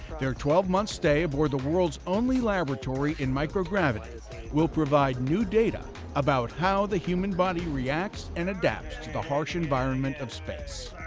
their twelve month stay aboard the world's only laboratory in microgravity will provide new data about how the human body reacts and adapts to the harsh environment of space.